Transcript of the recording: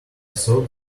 thought